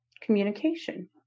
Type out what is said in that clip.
communication